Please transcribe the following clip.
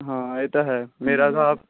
ਹਾਂ ਇਹ ਤਾਂ ਹੈ ਮੇਰਾ ਹਿਸਾਬ